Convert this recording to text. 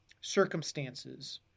circumstances